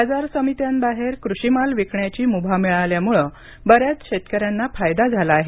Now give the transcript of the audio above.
बाजार समित्यांबाहेर कृषी माल विकण्याची मुभा मिळाल्यामुळे बऱ्याच शेतकऱ्यांना फायदा झाला आहे